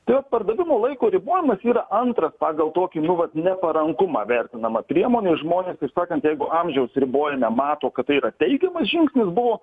tai vat pardavimo laiko ribojimas yra antras pagal tokį nu va neparankumą vertinama priemonė žmonės taip sakant jeigu amžiaus ribojime mato kad tai teigiamas žingsnis buvo